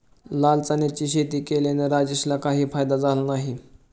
लाल चण्याची शेती केल्याने राजेशला काही फायदा झाला नाही